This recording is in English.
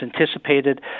anticipated